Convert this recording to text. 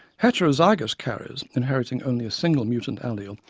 heterozygous carriers, inheriting only a single mutant allele,